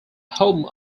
home